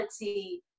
reality